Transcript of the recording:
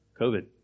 COVID